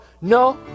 No